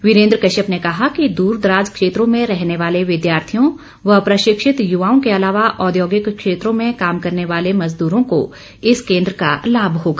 वीरेंद्र कश्यप ने कहा कि दूरदराज क्षेत्रो में रहने वाले विद्यार्थियों व प्रशिक्षत युवाओं के अलावा औद्योगिक क्षेत्रों में काम करने वाले मजदूरों को इस केन्द्र का लाभ होगा